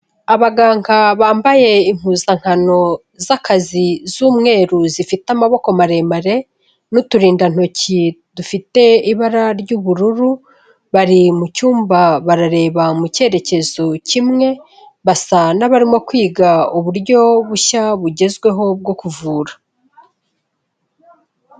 Abaganga bambaye impuzankano z'akazi z'umweru zifite amaboko maremare n'uturindantoki dufite ibara ry'ubururu, bari mu cyumba barareba mu cyerekezo kimwe, basa n'abarimo kwiga uburyo bushya bugezweho bwo kuvura.